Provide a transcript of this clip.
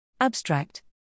Abstract